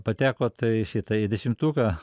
patekot į šitą į dešimtuką